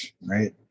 right